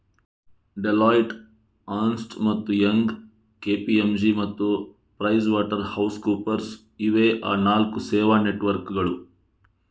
Deloitte, Ernst ಮತ್ತು Young, KPMG ಮತ್ತು PricewaterhouseCoopers ಇವೇ ಆ ನಾಲ್ಕು ಸೇವಾ ನೆಟ್ವರ್ಕ್ಕುಗಳು